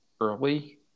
early